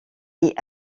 est